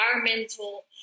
environmental